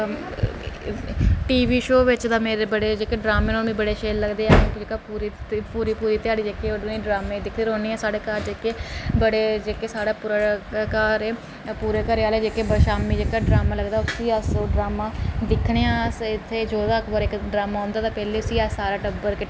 TV show बिच तां मेरे बड़े जेह्के ड्रामें ओह् मिगी बड़े शैल लगदे आ जेह्का पूरी पूरी ध्याड़ी उ'नें ड्रामें गी दिखदी रौह्नी आं साढ़े घर जेह्के बड़े जेह्के साढ़े घर एह् पूरे घर आह्ले शामीं जेह्का ड्रामां लगदा उसी अस ड्रामां दिक्खने आं जोधा अकबर इक ड्रामां औंदा उसी अस सारा टब्बर